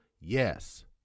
Yes